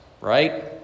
right